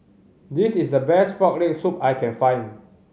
this is the best Frog Leg Soup I can find